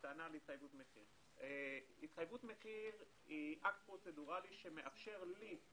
הטענה על התחייבות מחיר - התחייבות מחיר היא אקט פרוצדוראלי שמאפשר לי,